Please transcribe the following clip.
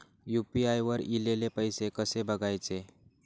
UPI वर ईलेले पैसे कसे बघायचे?